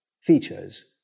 features